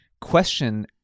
question